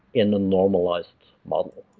in a normalized model.